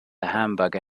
hamburger